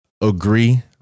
Agree